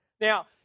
Now